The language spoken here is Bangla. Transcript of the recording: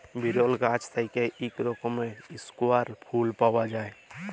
বিরল গাহাচ থ্যাইকে ইক রকমের ইস্কেয়াল ফুল পাউয়া যায়